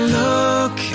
look